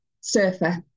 surfer